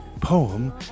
poem